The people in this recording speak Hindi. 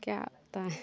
क्या बताएँ